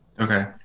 Okay